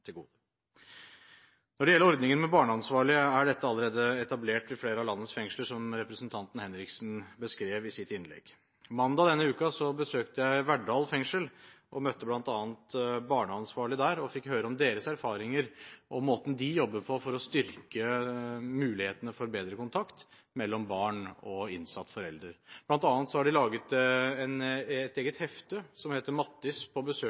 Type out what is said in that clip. til gode. Når det gjelder ordningen med barneansvarlige, er dette allerede etablert ved flere av landets fengsler, som representanten Kari Henriksen beskrev i sitt innlegg. Mandag denne uken besøkte jeg Verdal fengsel og møtte bl.a. barneansvarlig der, og jeg fikk høre om deres erfaringer og måten de jobber på for å styrke mulighetene for bedre kontakt mellom barn og innsatt forelder. De har bl.a. laget et eget hefte som heter Mattis på besøk